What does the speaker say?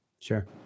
Sure